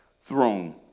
throne